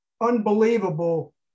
unbelievable